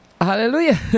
hallelujah